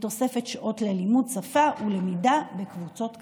בתוספת שעות ללימוד שפה ובלמידה בקבוצות קטנות.